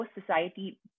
society